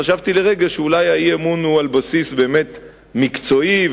חשבתי לרגע שאולי האי-אמון הוא באמת על בסיס מקצועי,